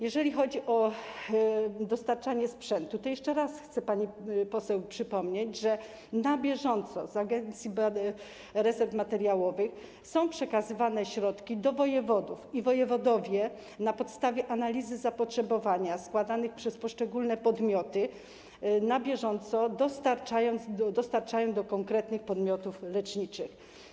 Jeżeli chodzi o dostarczanie sprzętu, to jeszcze raz chcę pani poseł przypomnieć, że z Agencji Rezerw Materiałowych na bieżąco są przekazywane środki do wojewodów i wojewodowie na podstawie analizy zapotrzebowania składanego przez poszczególne podmioty na bieżąco dostarczają je do konkretnych podmiotów leczniczych.